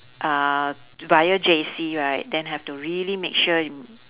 uh via J_C right then have to really make sure you